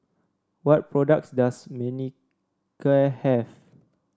what products does Manicare have